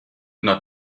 not